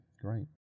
great